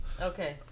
Okay